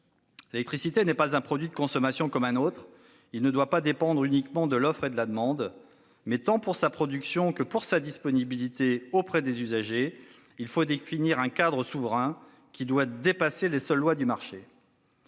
L'électricité n'est pas un produit de consommation comme un autre, elle ne doit pas dépendre uniquement de l'offre et de la demande. Tant pour sa production que pour sa disponibilité auprès des usagers, il importe de définir un cadre souverain devant dépasser les seules lois du marché.